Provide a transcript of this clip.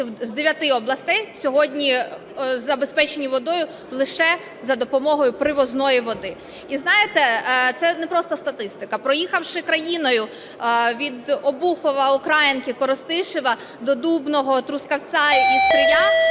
з 9 областей сьогодні забезпеченні водою лише за допомогою привозної води. І знаєте, це не просто статистика. Проїхавши країною від Обухова, Українки, Коростишева до Дубного, Трускавця і Стрия,